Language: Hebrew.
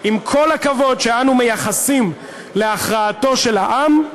עם כל הכבוד שאנחנו מייחסים להכרעתו של העם,